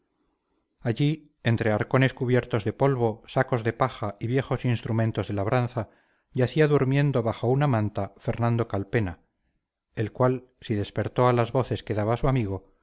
allí entre arcones cubiertos de polvo sacos de paja y viejos instrumentos de labranza yacía durmiendo bajo una manta fernando calpena el cual si despertó a las voces que daba su amigo